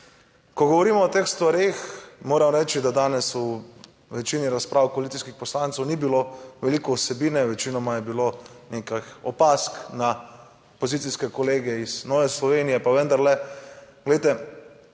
Ko govorimo o teh stvareh, moram reči, da danes v večini razprav koalicijskih poslancev ni bilo veliko vsebine, večinoma je bilo nekih opazk na opozicijske kolege iz Nove Slovenije. Pa vendarle, glejte,